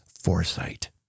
foresight